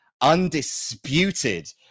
undisputed